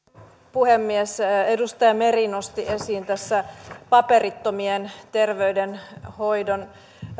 puhemies edustaja meri nosti esiin tässä paperittomien terveydenhoidon